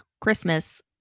Christmas